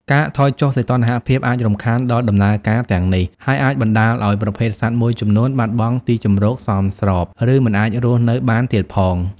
ការថយចុះសីតុណ្ហភាពអាចរំខានដល់ដំណើរការទាំងនេះ ហើយអាចបណ្តាលឱ្យប្រភេទសត្វមួយចំនួនបាត់បង់ទីជម្រកសមស្រប ឬមិនអាចរស់នៅបានទៀតផង។